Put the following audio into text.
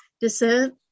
descent